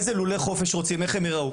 איזה לולי חופש רוצים ואיך הם ייראו.